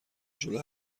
جلو